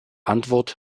antwort